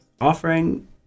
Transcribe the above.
offering